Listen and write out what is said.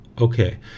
Okay